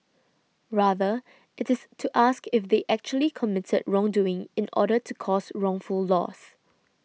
rather it is to ask if they actually committed wrongdoing in order to cause wrongful loss